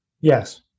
Yes